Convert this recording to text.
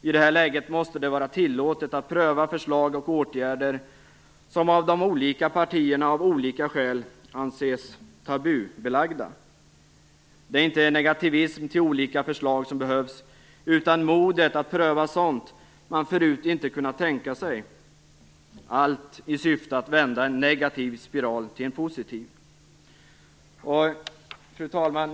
I det här läget måste det vara nödvändigt att pröva förslag och åtgärder som av de olika partierna av olika skäl anses tabubelagda. Det är inte negativism till olika förslag som behövs, utan modet att pröva sådant man förut inte kunnat tänka sig, allt i syfte att vända en negativ spiral till en positiv. Fru talman!